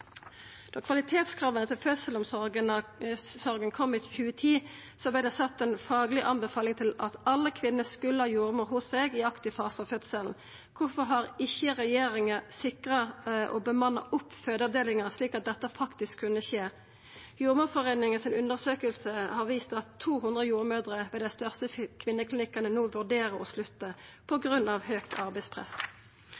kvalitetskrava til fødselsomsorga kom i 2010, vart det sett ein fagleg anbefaling om at kvinner skulle ha jordmor hos seg i aktiv fase av fødselen. Kvifor har ikkje regjeringa sikra og bemanna opp fødeavdelingane, slik at dette faktisk kunne skje? Jordmorforeiningas undersøking har vist at 200 jordmødrer ved dei største kvinneklinikkane no vurderer å slutta på